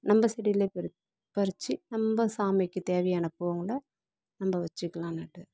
நம்ப செடியில் பறிச் பறிச்சு நம்ப சாமிக்கித் தேவையான பூவை கூட நம்ப வச்சுக்கலாம்னுட்டு